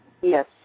Yes